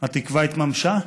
התקווה התממשה?